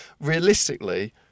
Realistically